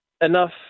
enough